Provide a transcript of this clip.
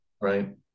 Right